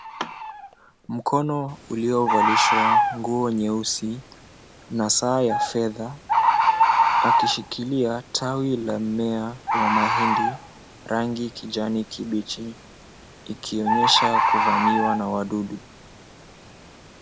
Mkono uliovalishwa nguo nyeusi na saa ya fedha, akishikilia tawi la mmea wa mahindi, rangi kijani kibichi, ikionyesha kuvamiwa na wadudu.